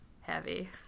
heavy